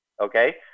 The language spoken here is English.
okay